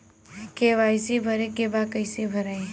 KYC भरे के बा कइसे भराई?